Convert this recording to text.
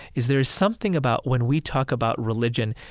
is there is something about when we talk about religion,